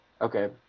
okay